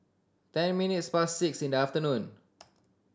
ten minutes past six in the afternoon